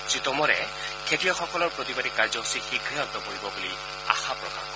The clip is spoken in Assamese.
শ্ৰীটোমৰে খেতিয়কসকলৰ প্ৰতিবাদী কাৰ্যসুচী শীঘে অন্ত পৰিব বুলি আশা প্ৰকাশ কৰে